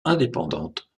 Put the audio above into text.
indépendante